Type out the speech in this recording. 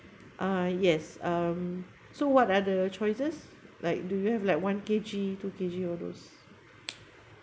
uh yes um so what are the choices like do you have like one K_G two K_G all those